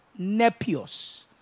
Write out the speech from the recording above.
Nepios